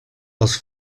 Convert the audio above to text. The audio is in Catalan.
els